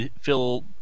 fill